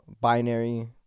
binary